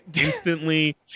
instantly